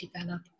develop